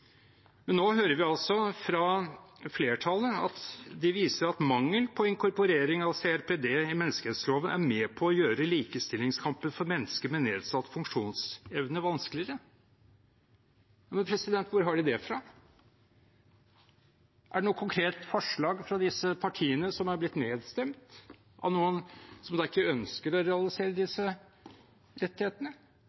Men nå viser altså flertallet til at mangel på inkorporering av CRPD i menneskerettsloven er med på å gjøre likestillingskampen for mennesker med nedsatt funksjonsevne vanskeligere. Hvor har de det fra? Er det noe konkret forslag fra disse partiene som er blitt nedstemt av noen som da ikke ønsker å realisere